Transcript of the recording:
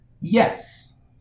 Yes